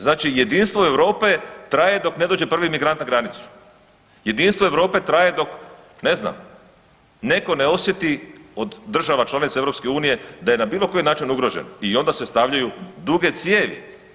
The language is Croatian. Znači jedinstvo Europe traje dok ne dođe prvi migrant na granicu, jedinstvo Europe traje dok, ne znam, neko ne osjeti od država članica EU da je na bilo koji način ugrožen i onda se stavljaju duge cijevi.